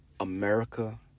America